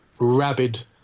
rabid